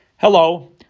Hello